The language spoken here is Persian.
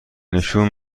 نشون